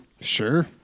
sure